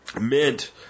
mint